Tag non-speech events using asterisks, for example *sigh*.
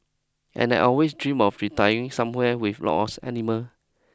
and I'd always dreamed of retiring somewhere with lot *unintelligible* of animal